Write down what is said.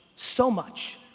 so much,